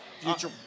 future